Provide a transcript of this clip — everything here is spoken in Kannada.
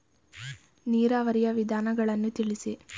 ನೀರಾವರಿಯ ವಿಧಾನಗಳನ್ನು ತಿಳಿಸಿ?